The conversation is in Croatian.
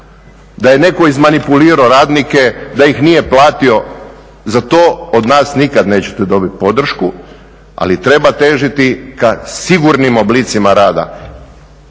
da je netko izmanipulirao radnike, da ih nije platio. Za to od nas nikad nećete dobiti podršku, ali treba težiti ka sigurnim oblicima rada.